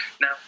Now